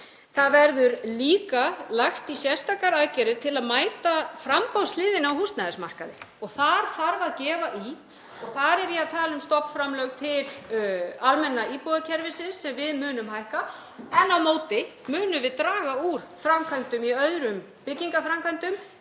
Það verður líka lagt í sérstakar aðgerðir til að mæta framboðshliðinni á húsnæðismarkaði og þar þarf að gefa í. Þar er ég að tala um stofnframlög til almenna íbúðakerfisins sem við munum hækka. En á móti munum við draga úr framkvæmdum í öðrum byggingarframkvæmdum